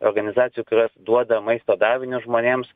organizacijų kurios duoda maisto davinius žmonėms